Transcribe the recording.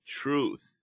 truth